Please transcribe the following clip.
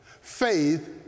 faith